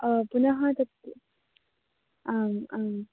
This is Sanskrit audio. ओ पुनः तत् आम् आम्